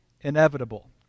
inevitable